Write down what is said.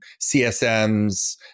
CSMs